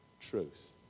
truth